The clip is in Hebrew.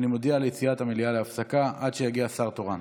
אני מודיע על יציאת המליאה להפסקה עד שיגיע שר תורן.